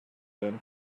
than